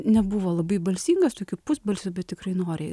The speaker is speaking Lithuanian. nebuvo labai balsingas tokiu pusbalsiu bet tikrai noriai